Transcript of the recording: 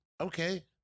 okay